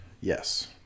Yes